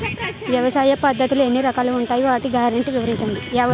వ్యవసాయ పద్ధతులు ఎన్ని రకాలు ఉంటాయి? వాటి గ్యారంటీ వివరించండి?